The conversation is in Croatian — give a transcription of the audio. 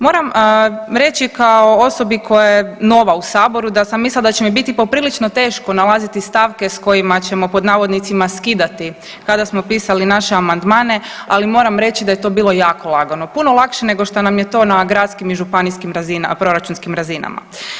Moram reći kao osobi koja je nova u Saboru da sam mislila da će mi biti poprilično teško nalaziti stavke s kojima ćemo pod navodnicima skidati kada smo pisali naše amandmane, ali moram reći da je to bilo jako lagano, puno lakše nego što nam je to na gradskim i županijskim proračunskim razinama.